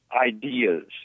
ideas